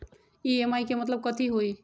EMI के मतलब कथी होई?